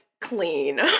clean